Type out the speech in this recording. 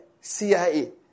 CIA